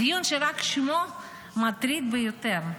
דיון שרק שמו מטריד ביותר,